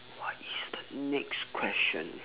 what is the next question